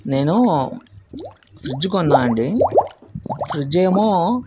నేను ఫ్రిడ్జ్ కొన్నానండి ఫ్రిడ్జ్ ఏమో